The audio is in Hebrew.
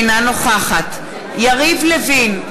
אינה נוכחת יריב לוין,